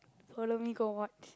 follow me go watch